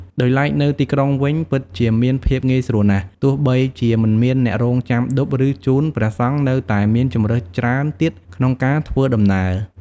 ដោយឡែកនៅទីក្រុងវិញ ពិតជាមានភាពងាយស្រួលណាស់ ទោះបីជាមិនមានអ្នករង់ចាំឌុប ឬ ជូន ព្រះសង្ឃនៅតែមានជម្រើសច្រើនទៀតក្នុងការធ្វើដំណើរ។